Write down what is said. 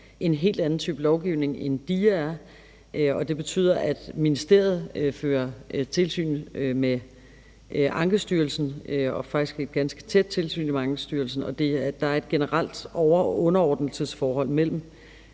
en helt anden type lovgivning, end DIA er, og det betyder, at ministeriet fører tilsyn med Ankestyrelsen, faktisk et ganske tæt tilsyn med Ankestyrelsen, fordi der er et generelt underordningsforhold mellem